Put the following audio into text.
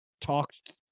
talked